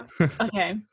okay